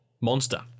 monster